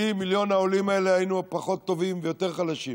בלי מיליון העולים האלה היינו פחות טובים ויותר חלשים,